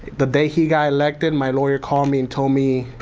the day he got elected, my lawyer called me and told me,